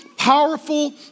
powerful